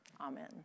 Amen